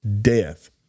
death